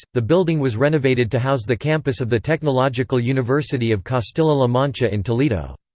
the building was renovated to house the campus of the technological university of castilla-la mancha in toledo.